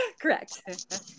Correct